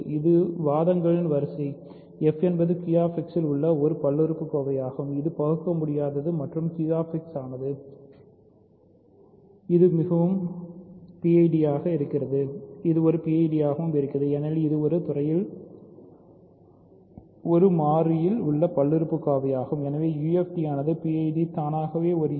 இது வாதங்களின் வரிசைfஎன்பது QX இல் உள்ள ஒரு பல்லுறுப்புக்கோவையாகும் இது பகுக்கமுடியாதது மற்றும் QX ஆனது இதுவும் ஒரு PID ஆகவும் இருக்கிறது ஏனெனில் இது ஒரு துறையில் ஒரு மாறியில் ஒரு பல்லுறுப்புக்கோவையாகும் எனவே ஒரு UFD ஆனது PID தானாகவே ஒரு UFD